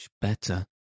better